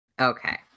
Okay